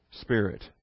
spirit